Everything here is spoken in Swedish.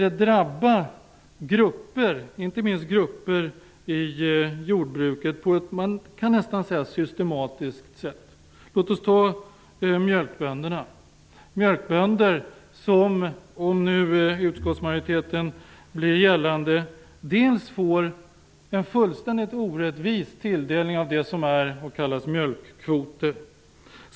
Det drabbar grupper i jordbruket på ett systematiskt sätt, kan man nästan säga. Låt oss ta mjölkbönderna som exempel. Om utskottsmajoriteten blir gällande får de en fullständigt orättvis tilldelning av det som kallas mjölkkvoter.